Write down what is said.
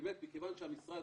באמת מכיוון שהמשרד